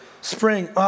Spring